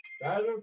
Better